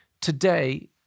Today